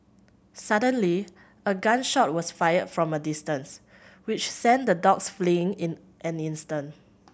suddenly a gun shot was fired from a distance which sent the dogs fleeing in an instant